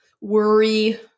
worry